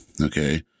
okay